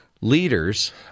leaders –